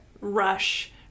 rush